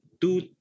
two